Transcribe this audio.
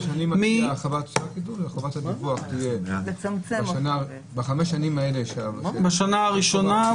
אני מציע שחובת הדיווח בחמש השנים האלה תהיה בשנה הראשונה,